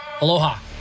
Aloha